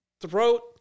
throat